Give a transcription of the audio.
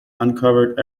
uncovered